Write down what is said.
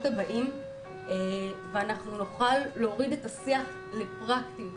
הבאים ואנחנו נוכל להוריד את השיח לפרקטיות,